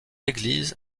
église